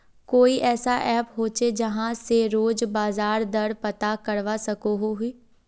कोई ऐसा ऐप होचे जहा से रोज बाजार दर पता करवा सकोहो ही?